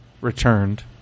returned